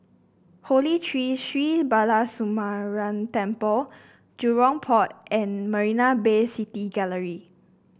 Holy Tree Sri Balasubramaniar Temple Jurong Port and Marina Bay City Gallery